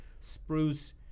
spruce